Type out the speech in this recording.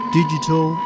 digital